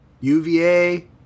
UVA